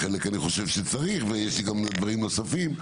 חלק אני חושב שצריך ויש לי גם דברים נוספים,